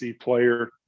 player